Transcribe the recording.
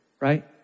right